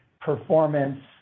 performance